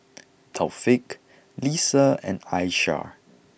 Taufik Lisa and Aishah